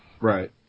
Right